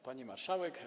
Pani Marszałek!